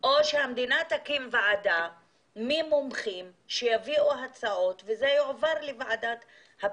או שהמדינה תקים ועדה ממומחים שיביאו הצעות וזה יועבר לוועדת הפנים.